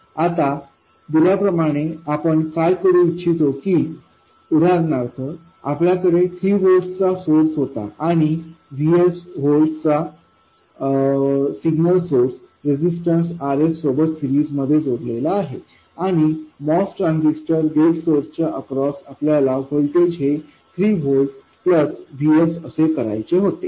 आता दिल्या प्रमाणे आपण काय करू इच्छित होतो की उदाहरणार्थ आपल्याकडे 3 व्होल्ट्स चा सोर्स होता आणि VSव्होल्ट्स चा सिग्नल सोर्स रेजिस्टन्स RSसोबत सीरिजमध्ये जोडलेला आहे आणि MOS ट्रान्झिस्टरच्या गेट सोर्स च्या अक्रॉस आपल्याला व्होल्टेज हे 3 व्होल्ट प्लस VSअसे करायचे होते